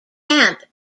camp